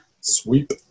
Sweep